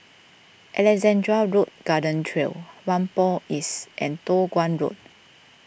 Alexandra Road Garden Trail Whampoa East and Toh Guan Road